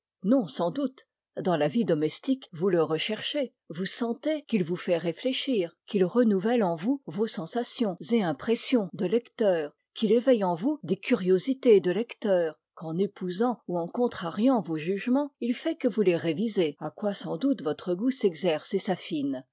non sans doute dans la vie domestique vous le recherchez vous sentez qu'il vous fait réfléchir qu'il renouvelle en vous vos sensations et impressions de lecteur qu'il éveille en vous des curiosités de lecteur qu'en épousant ou en contrariant vos jugements il fait que vous les révisez à quoi sans doute votre goût s'exerce et s'affine